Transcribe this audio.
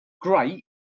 great